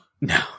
No